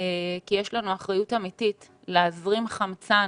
כי יש לנו אחריות אמיתית להזרים חמצן